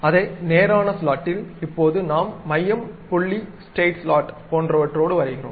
அதே நேரான ஸ்லாட்டில் இப்போது நாம் மையம் புள்ளி ஸ்ட்ரைட் ஸ்லாட் போன்றவற்றோடு வரைகிறோம்